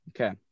Okay